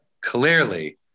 clearly